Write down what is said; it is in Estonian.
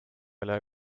ole